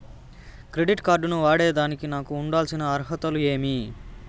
Credit card ను వాడేదానికి నాకు ఉండాల్సిన అర్హతలు ఏమి?